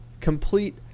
complete